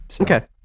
okay